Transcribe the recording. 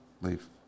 leave